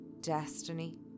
destiny